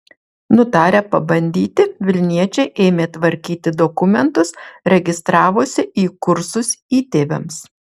nutarę pabandyti vilniečiai ėmė tvarkyti dokumentus registravosi į kursus įtėviams